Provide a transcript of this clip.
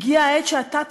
הגיעה העת שאתה תחליט,